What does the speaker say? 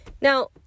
Now